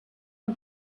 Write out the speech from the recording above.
the